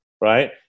right